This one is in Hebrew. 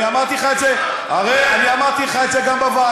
אני הרי אמרתי לך את זה גם בוועדה.